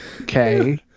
Okay